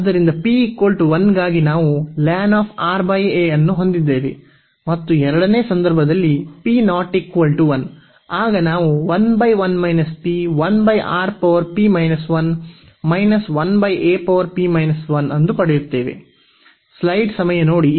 ಆದ್ದರಿಂದ p 1 ಗಾಗಿ ನಾವು ಅನ್ನು ಹೊಂದಿದ್ದೇವೆ ಮತ್ತು ಎರಡನೇ ಸಂದರ್ಭದಲ್ಲಿ p ≠ 1 ಆಗ ನಾವು ಅನ್ನು ಪಡೆಯುತ್ತೇವೆ